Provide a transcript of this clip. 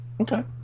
Okay